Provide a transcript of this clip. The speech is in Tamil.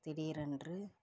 திடீரென்று